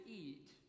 eat